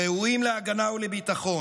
ראויים להגנה ולביטחון,